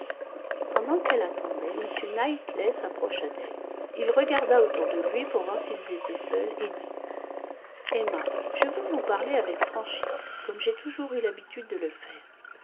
pendant qu'elle attendait m knightley s'approcha d'elle il regarda autour de lui pour voir s'ils étaient seuls et dit emma je veux vous parler avec franchise comme j'ai toujours eu l'habitude de le faire